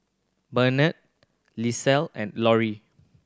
Bernetta Lisette and Lorie